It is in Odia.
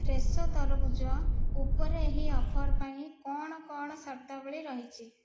ଫ୍ରେଶୋ ତରଭୁଜ ଉପରେ ଏହି ଅଫର୍ ପାଇଁ କ'ଣ କ'ଣ ସର୍ତ୍ତାବଳୀ ରହିଛି